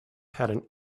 had